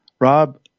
Rob